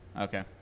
Okay